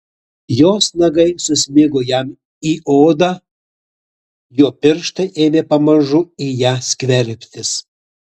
jos nagai susmigo jam į odą jo pirštai ėmė pamažu į ją skverbtis